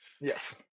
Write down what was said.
Yes